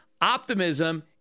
optimism